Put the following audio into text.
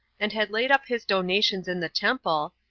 and had laid up his donations in the temple,